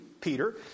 Peter